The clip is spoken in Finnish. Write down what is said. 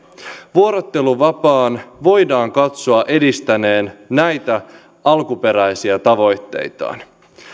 vuorotteluvapaan voidaan katsoa edistäneen näitä alkuperäisiä tavoitteitaan